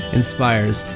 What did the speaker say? inspires